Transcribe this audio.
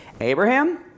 Abraham